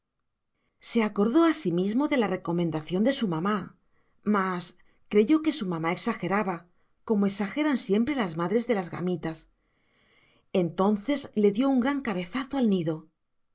se acordó asimismo de la recomendación de su mamá mas creyó que su mamá exageraba como exageraban siempre las madres de las gamitas entonces le dio un gran cabezazo al nido